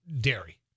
dairy